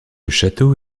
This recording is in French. château